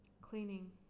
Cleaning